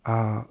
uh